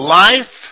life